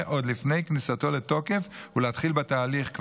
עוד לפני כניסתו לתוקף ולהתחיל בתהליך.